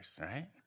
right